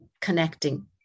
connecting